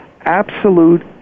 Absolute